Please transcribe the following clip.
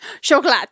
Chocolate